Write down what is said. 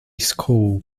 school